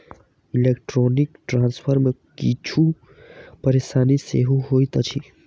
electronic transfer मे किछु परेशानी सेहो होइत अछि